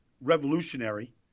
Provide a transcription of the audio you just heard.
revolutionary